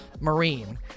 marine